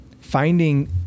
finding